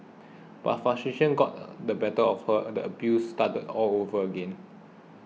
but frustration got the better of her and the abuse started all over again